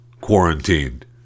quarantined